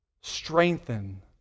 strengthen